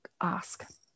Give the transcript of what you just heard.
ask